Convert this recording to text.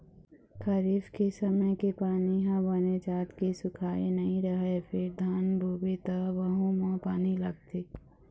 खरीफ के समे के पानी ह बने जात के सुखाए नइ रहय फेर धान बोबे त वहूँ म पानी लागथे